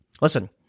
Listen